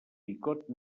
picot